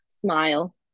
smile